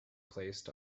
placed